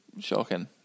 Shocking